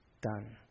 done